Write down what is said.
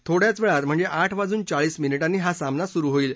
थोड्याच वेळात म्हणजे आठ वाजून चाळीस मिनिटांनी हा सामना सुरू होईल